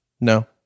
No